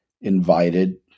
invited